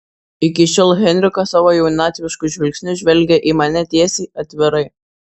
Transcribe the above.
iki šiol henrikas savo jaunatvišku žvilgsniu žvelgė į mane tiesiai atvirai